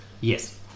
Yes